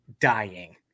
Dying